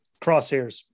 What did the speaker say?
Crosshairs